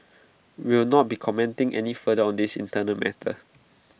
we will not be commenting any further on this internal matter